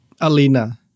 Alina